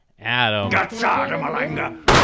Adam